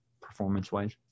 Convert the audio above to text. performance-wise